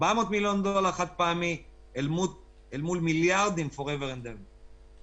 400 מיליון דולר חד-פעמי אל מול מיליארדים for ever and ever.